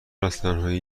ازتنهایی